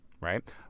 right